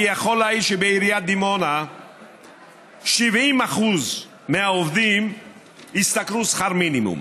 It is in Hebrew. אני יכול להעיד שבעיריית דימונה 70% מהעובדים השתכרו שכר מינימום.